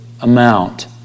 amount